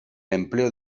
empleo